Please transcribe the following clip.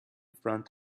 front